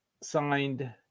signed